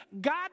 God